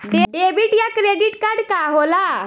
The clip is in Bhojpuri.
डेबिट या क्रेडिट कार्ड का होला?